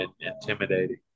intimidating